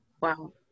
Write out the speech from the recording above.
Wow